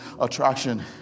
attraction